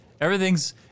Everything's